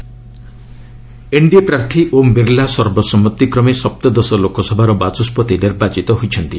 Lok Sabha speaker NDA ପ୍ରାର୍ଥୀ ଓମ୍ ବିର୍ଲା ସର୍ବସମ୍ମତି କ୍ରମେ ସପ୍ତଦଶ ଲୋକସଭାର ବାଚସ୍କତି ନିର୍ବାଚିତ ହୋଇଛନ୍ତି